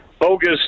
bogus